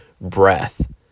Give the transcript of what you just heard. breath